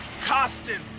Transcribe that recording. Costin